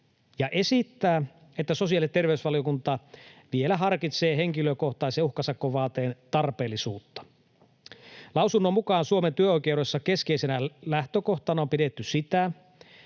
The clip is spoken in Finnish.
ja esittää, että sosiaali- ja terveysvaliokunta vielä harkitsee henkilökohtaisen uhkasakkovaateen tarpeellisuutta. Lausunnon mukaan Suomen työoikeudessa keskeisenä lähtökohtana on pidetty sitä,